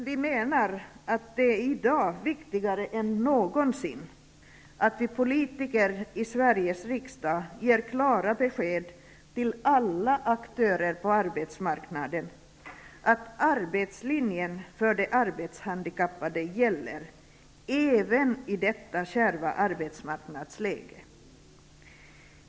Vi menar att det i dag är viktigare än någonsin att vi politiker i Sveriges riksdag ger klara besked till alla aktörer på arbetsmarknaden att arbetslinjen gäller för de arbetshandikappade, även i detta kärva arbetsmarknadsläge.